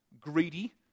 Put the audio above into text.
greedy